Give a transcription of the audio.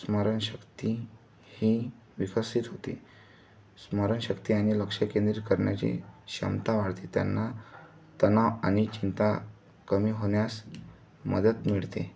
स्मरणशक्ती ही विकसित होते स्मरणशक्ती आणि लक्षकेंद्रित करण्याची क्षमता वाढते त्यांना तणाव आणि चिंता कमी होण्यास मदत मिळते